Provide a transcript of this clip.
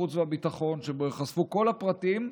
החוץ והביטחון שבו ייחשפו כל הפרטים,